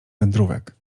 wędrówek